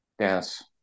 Yes